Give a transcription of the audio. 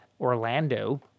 Orlando